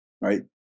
Right